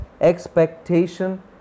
expectation